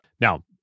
Now